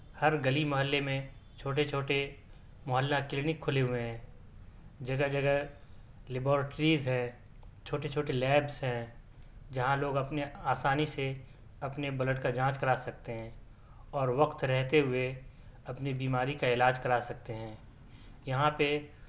ہر گلی محلے میں چھوٹے چھوٹے محلہ کلینک کھلے ہوئے ہیں جگہ جگہ لیبورٹریز ہے چھوٹے چھوٹے لیبس ہیں جہاں لوگ اپنے آسانی سے اپنے بلڈ کا جانچ کرا سکتے ہیں اور وقت رہتے ہوئے اپنی بیماری کا علاج کرا سکتے ہیں یہاں پہ